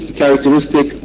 characteristic